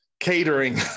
catering